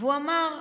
והוא אמר,